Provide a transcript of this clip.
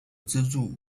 资助